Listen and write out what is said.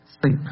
sleep